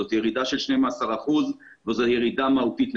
זאת ירידה של 12 אחוזים וזאת ירידה מהותית.